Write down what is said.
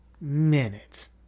minutes